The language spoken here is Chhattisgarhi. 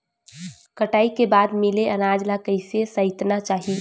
कटाई के बाद मिले अनाज ला कइसे संइतना चाही?